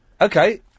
Okay